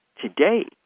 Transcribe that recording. today